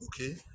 okay